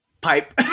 pipe